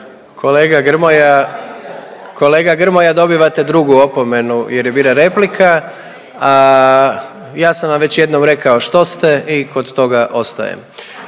kolega Grmoja dobivate drugu opomenu jer je bila replika, a ja sam već jednom rekao što ste i kod toga ostajem.